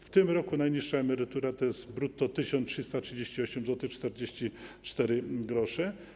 W tym roku najniższa emerytura to jest brutto 1338,44 zł.